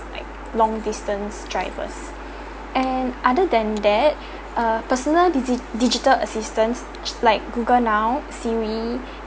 like long distance drivers and other than that uh personal digi~ digital assistance like google now siri